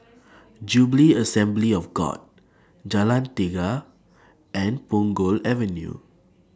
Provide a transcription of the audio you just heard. Jubilee Assembly of God Jalan Tiga and Punggol Avenue